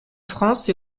france